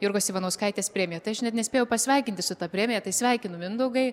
jurgos ivanauskaitės premija tai aš net nespėjau pasveikinti su ta premija tai sveikinu mindaugai